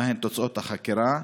3. מהן תוצאות החקירה?